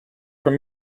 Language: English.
from